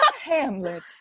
Hamlet